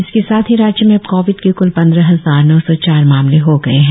इसके साथ ही राज्य में अब कोविड की क्ल पंद्रह हजार नौ सौ चार मामले हो गए है